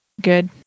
Good